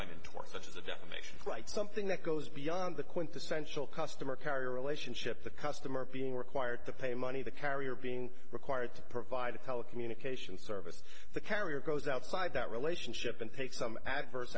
climbing towards the definitions like something that goes beyond the quintessential customer carrier relationship the customer being required to pay money the carrier being required to provide a telecommunications service the carrier goes outside that relationship and takes some adverse